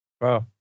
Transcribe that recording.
Wow